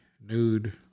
nude